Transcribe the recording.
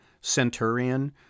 centurion